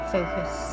Focus